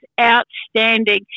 outstanding